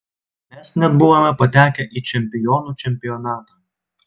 mes net buvome patekę į čempionų čempionatą